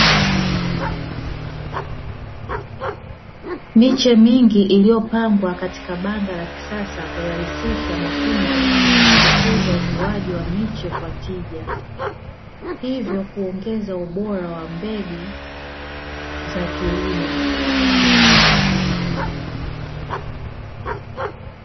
Miche mingi iliyopangwa katika banda la kisasa kurahisisha matunzo na kukuza ukuaji wa miche kwa tija, hivyo kuongeza ubora wa mbegu za kilimo.